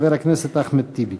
חבר הכנסת אחמד טיבי.